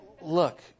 look